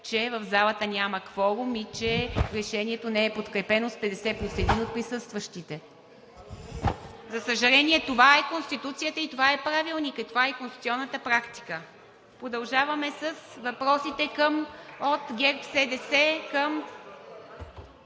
че в залата няма кворум и че решението не е подкрепено с 50 плюс един от присъстващите. За съжаление, това е Конституцията и това е Правилникът, това е конституционната практика. Продължаваме с въпросите от ГЕРБ-СДС към…